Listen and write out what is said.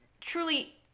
truly